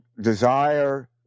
desire